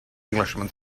englishman